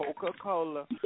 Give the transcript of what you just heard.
Coca-Cola